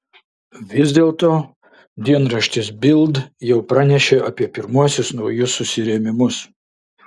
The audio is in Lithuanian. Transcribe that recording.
vis dėlto dienraštis bild jau pranešė apie pirmuosius naujus susirėmimus